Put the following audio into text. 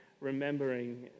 remembering